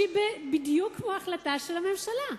שהיא בדיוק כמו החלטה של הממשלה.